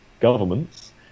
governments